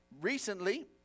recently